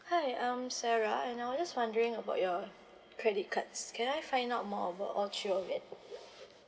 hi I'm sarah and I was just wondering about your credit cards can I find out more about all three of it